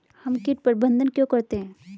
हम कीट प्रबंधन क्यों करते हैं?